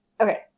Okay